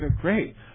Great